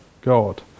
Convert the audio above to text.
God